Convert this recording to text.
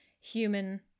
human